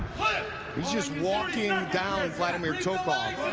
but you just walking ah down vladimir so